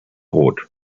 rot